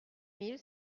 mille